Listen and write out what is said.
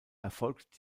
erfolgt